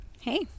Hey